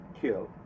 kill